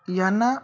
यांना